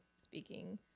speaking